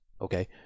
okay